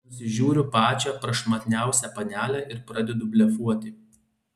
nusižiūriu pačią prašmatniausią panelę ir pradedu blefuoti